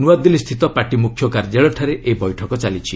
ନୂଆଦିଲ୍ଲୀ ସ୍ଥିତ ପାର୍ଟି ମୁଖ୍ୟ କାର୍ଯ୍ୟାଳୟଠାରେ ଏହି ବୈଠକ ଚାଲିଛି